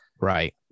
Right